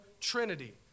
Trinity